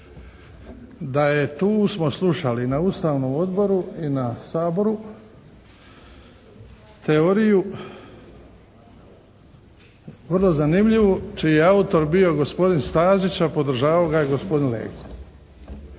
da je tu, smo slušali na Ustavnom odboru i na Saboru teoriju vrlo zanimljivu čiji je autor bio gospodin Stazić, a podržavao ga je gospodin Leko.